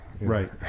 right